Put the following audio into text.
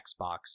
Xbox